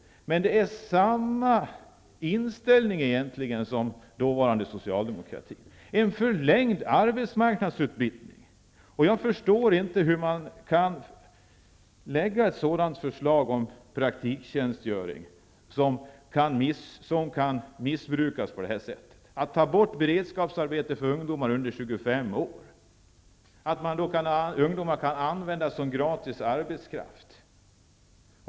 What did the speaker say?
Men det är samma inställning som Socialdemokraterna hade. Det är en förlängd arbetsmarknadsutbildning. Jag förstår inte hur man kan lägga fram ett förslag om praktiktjänstgöring som kan missbrukas på det här sättet. Hur kan man ta bort beredskapsarbete för ungdomar under 25 år? Då kan ungdomar användas som gratis arbetskraft.